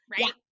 right